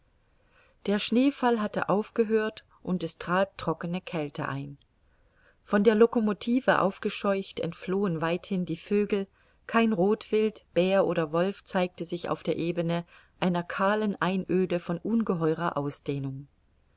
der schneefall hatte aufgehört und es trat trockene kälte ein von der locomotive aufgescheucht entflohen weithin die vögel kein rothwild bär oder wolf zeigte sich auf der ebene einer kahlen einöde von ungeheurer ausdehnung